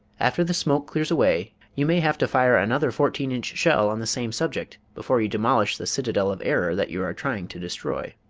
after the smoke clears away you may have to fire another fourteen inch shell on the same subject before you demolish the citadel of error that you are trying to destroy.